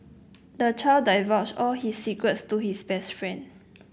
the child divulged all his secrets to his best friend